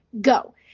go